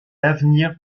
l’avenir